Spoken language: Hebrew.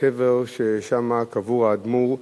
לקבר ששם קבור האדמו"ר,